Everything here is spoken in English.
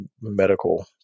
medical